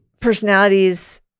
personalities